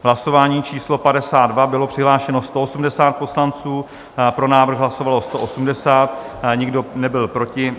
V hlasování číslo 52 bylo přihlášeno 180 poslanců, pro návrh hlasovalo 180, nikdo nebyl proti.